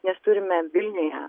mes turime vilniuje